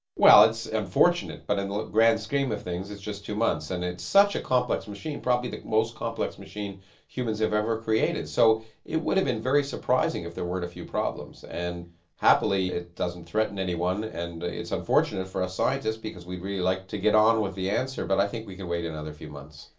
well, it's unfortunate but in the grand scheme of things it's just two months, and it's such a complex machine, probably the most complex machine humans have ever created, so it would have been very surprising if there weren't a few problems. and happily it doesn't threaten anyone, and it's unfortunate for us scientists because we'd really like to get on with the answer, but i think we can wait another few months.